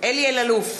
אלי אלאלוף,